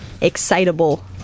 Excitable